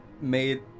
made